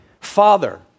Father